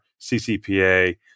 CCPA